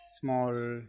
small